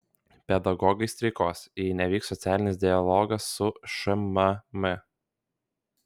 pedagogai streikuos jei nevyks socialinis dialogas su šmm